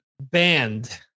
band